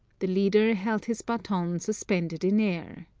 the leader held his baton suspended in air.